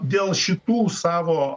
dėl šitų savo